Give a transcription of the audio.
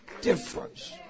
difference